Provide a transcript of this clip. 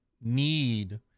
need